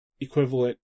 equivalent